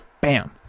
bam